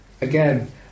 Again